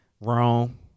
Wrong